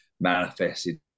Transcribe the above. manifested